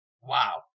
Wow